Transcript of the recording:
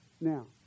Now